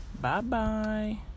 Bye-bye